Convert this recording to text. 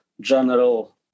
general